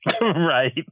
Right